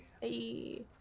Hey